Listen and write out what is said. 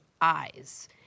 eyes